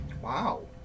Wow